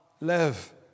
live